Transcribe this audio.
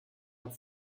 hat